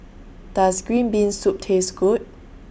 Does Green Bean Soup Taste Good